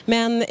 Men